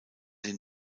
den